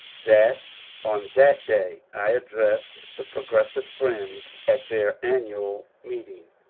that on that day i addressed the progressive friends at their annual meeting.